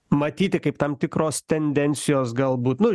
matyti kaip tam tikros tendencijos galbūt nu